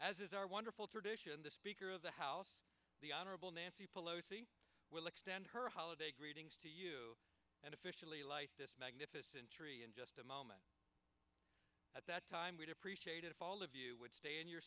as is our wonderful tradition the speaker of the house the honorable nancy pelosi will extend her holiday greetings to you and officially light this magnificent tree in just a moment at that time we'd appreciate it if all of you would stay in your